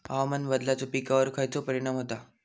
हवामान बदलाचो पिकावर खयचो परिणाम होता?